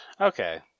Okay